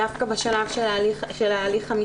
דווקא בשלב של ההליך המשטרתי,